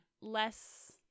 less